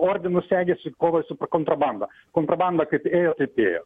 ordinus segėsi kovai su kontrabanda kontrabanda kaip ėjo taip ėjo